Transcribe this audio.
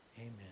Amen